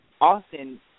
often